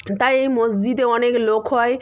তাই এই মসজিদে অনেক লোক হয়